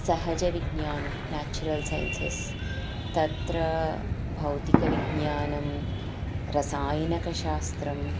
सहजविज्ञानं natural sciences तत्र भौतिकविज्ञानं रसायनकशास्त्रं